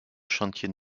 chantiers